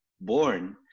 born